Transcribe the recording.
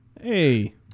Hey